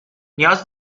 نیاز